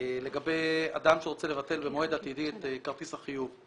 לגבי אדם שרוצה לבטל במועד עתידי את כרטיס החיוב,